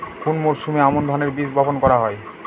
কোন মরশুমে আমন ধানের বীজ বপন করা হয়?